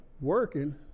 working